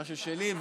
מה ששלי.